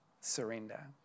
Surrender